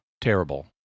Terrible